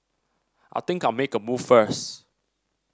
I think I'll make a move first